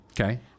okay